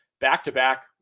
back-to-back